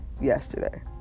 yesterday